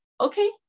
okay